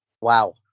wow